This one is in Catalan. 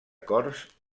cors